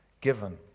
given